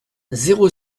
zéro